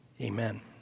Amen